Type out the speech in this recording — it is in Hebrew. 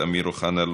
אמיר אוחנה,